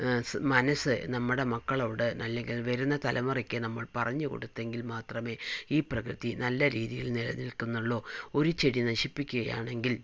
മനസ്സ് നമ്മുടെ മക്കളോട് അല്ലെങ്കിൽ വരുന്ന തലമുറക്ക് നമ്മൾ പറഞ്ഞ് കൊടുത്തെങ്കിൽ മാത്രമേ ഈ പ്രകൃതി നല്ല രീതിയിൽ നിലനിൽക്കുന്നുള്ളു ഒരു ചെടി നശിപ്പിക്കുകയാണെങ്കിൽ